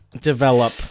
develop